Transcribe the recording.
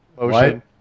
motion